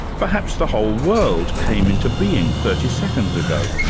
perhaps the whole world came into being thirty seconds ago,